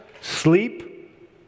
sleep